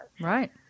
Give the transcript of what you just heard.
Right